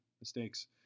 Mistakes